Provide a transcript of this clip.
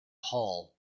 hull